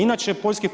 Inače, poljski.